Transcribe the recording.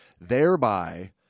thereby